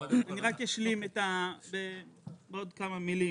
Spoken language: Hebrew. אני רק אשלים עוד כמה מילים,